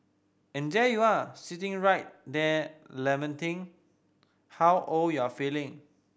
and there you are sitting right there lamenting how old you're feeling